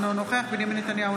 אינו נוכח בנימין נתניהו,